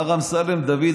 מר אמסלם דוד,